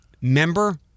member